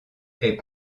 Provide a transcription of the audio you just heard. est